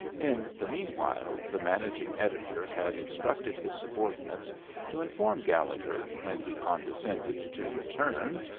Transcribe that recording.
in the meanwhile the managing editor had instructed his subordinates to inform gallegher, when he condescended to return,